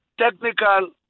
technical